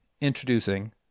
introducing